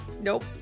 Nope